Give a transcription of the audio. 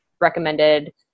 recommended